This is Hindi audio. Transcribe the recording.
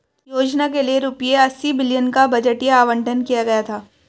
योजना के लिए रूपए अस्सी बिलियन का बजटीय आवंटन किया गया था